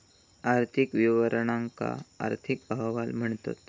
आर्थिक विवरणांका आर्थिक अहवाल म्हणतत